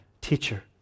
teacher